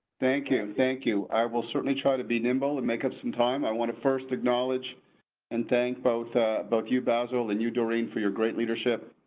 thank you, thank you. i will certainly try to be nimble and make up some time i want to first acknowledge and thank both both you basil and you, doreen for your great leadership.